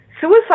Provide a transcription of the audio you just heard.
suicide